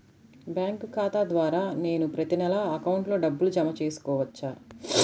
Bank ఖాతా ద్వారా నేను ప్రతి నెల అకౌంట్లో డబ్బులు జమ చేసుకోవచ్చా?